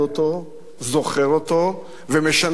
זוכר אותו ומשנן אותו לאחרים.